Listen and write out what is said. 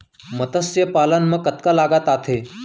मतस्य पालन मा कतका लागत आथे?